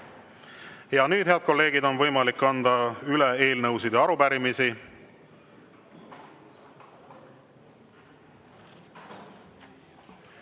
Ja nüüd, head kolleegid, on võimalik anda üle eelnõusid ja arupärimisi.